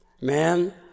Man